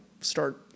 start